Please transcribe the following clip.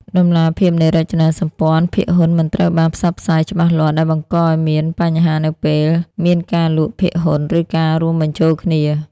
តម្លាភាពនៃរចនាសម្ព័ន្ធភាគហ៊ុនមិនត្រូវបានផ្សព្វផ្សាយច្បាស់លាស់ ដែលបង្កឱ្យមានបញ្ហានៅពេលមានការលក់ភាគហ៊ុន ឬការរួមបញ្ចូលគ្នា។